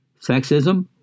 sexism